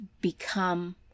become